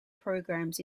programmes